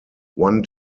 one